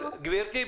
גברתי,